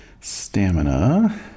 stamina